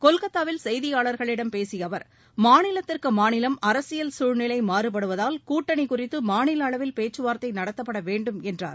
கொல்கத்தாவில் செய்தியாளர்களிடம் பேசிய அவர் மாநிலத்திற்கு மாநிலம் அரசியல் சூழ்நிலை மாறுபடுவதால் கூட்டணி குறித்து மாநில அளவில் பேச்சுவார்த்தை நடத்தப்பட வேண்டும் என்றார்